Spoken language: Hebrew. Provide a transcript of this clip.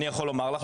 אני יכול לומר לך,